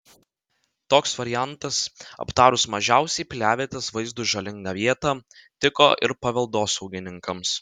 toks variantas aptarus mažiausiai piliavietės vaizdui žalingą vietą tiko ir paveldosaugininkams